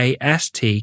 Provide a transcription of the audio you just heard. AST